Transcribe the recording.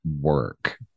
work